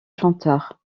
chanteur